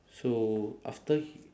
so after h~